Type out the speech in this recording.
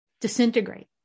disintegrate